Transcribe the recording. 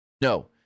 No